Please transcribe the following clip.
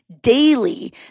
daily